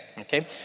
okay